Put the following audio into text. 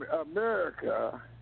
America